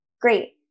Great